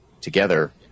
together